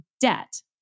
debt